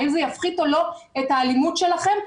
האם זה יפחית או לא את האלימות שלכם?